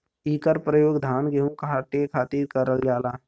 इकर परयोग धान गेहू काटे खातिर करल जाला